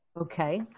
Okay